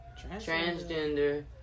transgender